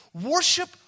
Worship